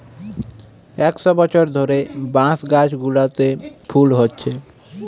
একশ বছর ধরে বাঁশ গাছগুলোতে ফুল হচ্ছে